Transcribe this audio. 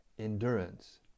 Endurance